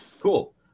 Cool